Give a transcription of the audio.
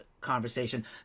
conversation